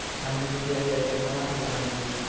हमर UPI ID कोना के बनत यो?